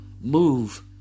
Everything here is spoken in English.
move